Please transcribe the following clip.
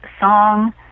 song